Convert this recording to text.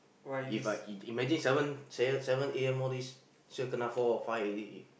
If I ima~ imagine seven seven A_M all this sure kena four or five already